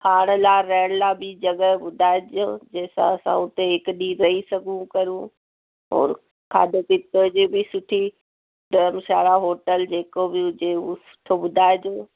हाड़ला रहण लाइ बियो जॻह ॿुधाइजो जंहिंसां असां उते हिकु ॾींहु रही सघूं करूं अ खाधे पीते जी बि सुठी धरमशाला होटल जेको बि हुजे उहो सुठो ॿुधाइजो